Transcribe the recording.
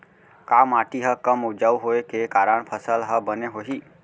का माटी हा कम उपजाऊ होये के कारण फसल हा बने होही?